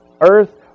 earth